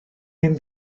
ein